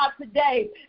today